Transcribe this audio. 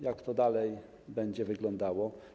Jak to dalej będzie wyglądało?